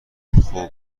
خوب